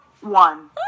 one